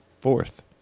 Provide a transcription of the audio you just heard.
fourth